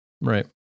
Right